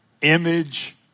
image